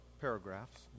paragraphs